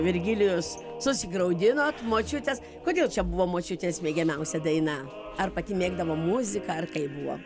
virgilijus susigraudinot močiutės kodėl čia buvo močiutės mėgiamiausia daina ar pati mėgdavo muziką ar kaip buvo